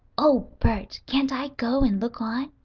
oh, bert, can't i go and look on?